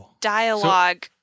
dialogue